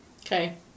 Okay